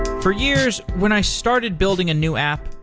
for years when i started building a new app,